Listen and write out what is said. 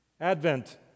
Advent